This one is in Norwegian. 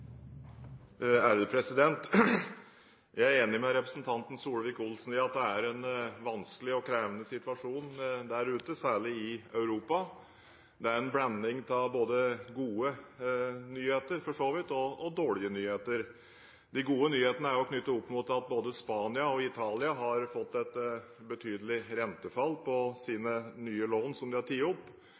Jeg er enig med representanten Solvik-Olsen i at det er en vanskelig og krevende situasjon der ute, særlig i Europa. Det er en blanding av både gode nyheter – for så vidt – og dårlige nyheter. De gode nyhetene er knyttet til at både Spania og Italia har fått et betydelig rentefall på sine nye lån som de har tatt opp.